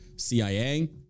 CIA